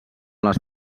les